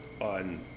on